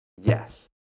Yes